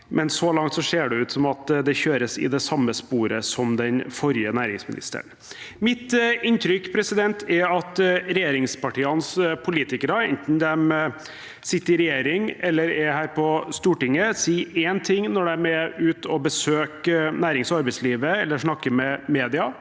men så langt ser det ut som at det kjøres i det samme sporet som den forrige næringsministeren gjorde. Mitt inntrykk er at regjeringspartienes politikere, enten de sitter i regjering eller er her på Stortinget, sier én ting når de er ute og besøker nærings- og arbeidslivet eller snakker med media.